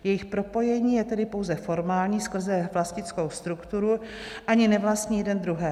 Jejich propojení je tedy pouze formální skrze vlastnickou strukturu, ani nevlastní jeden druhého.